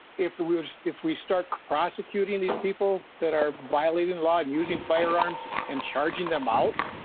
if we are stiff we start prosecuting the people that are violating line using firearms and charging them out.